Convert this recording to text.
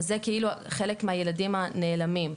זה כאילו חלק מהילדים הנעלמים.